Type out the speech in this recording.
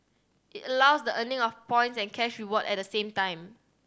it allows the earning of points and cash reward at the same time